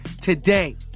today